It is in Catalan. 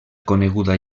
coneguda